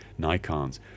Nikons